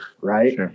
Right